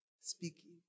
Speaking